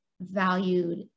valued